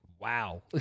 wow